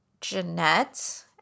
Jeanette